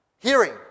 Hearing